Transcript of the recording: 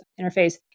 interface